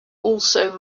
also